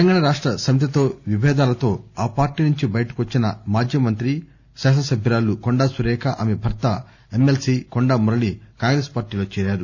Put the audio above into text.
తెలంగాణ రాష్ట్ర సమితితో విభేదాలతో ఆ పార్టీ నుంచి బయటకొచ్చిన మాజీ మంతి శాసనసభ్యురాలు కొండా సురేఖ ఆమె భర్త ఎమ్మెల్సీ కొండా మురళీ కాంగ్రెస్ పార్టీలో చేరారు